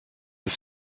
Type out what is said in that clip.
des